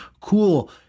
Cool